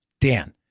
Dan